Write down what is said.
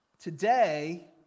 Today